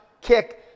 kick